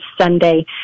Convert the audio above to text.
Sunday